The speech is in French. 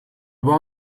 boire